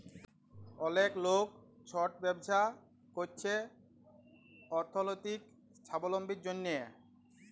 অলেক লক ছট ব্যবছা ক্যইরছে অথ্থলৈতিক ছাবলম্বীর জ্যনহে